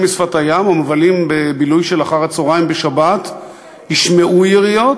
לשפת הים ומבלים בילוי של אחר-הצהריים בשבת ישמעו יריות,